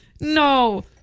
No